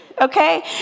okay